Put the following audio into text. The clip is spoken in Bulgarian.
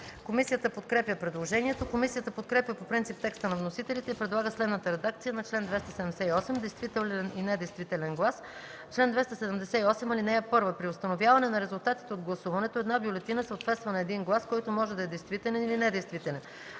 Комисията подкрепя предложението. Комисията подкрепя по принцип текста на вносителите и предлага следната редакция на чл. 278: „Действителен и недействителен глас Чл. 278. (1) При установяване на резултатите от гласуването една бюлетина съответства на един глас, който може да е действителен или недействителен.